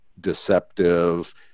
deceptive